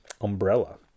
umbrella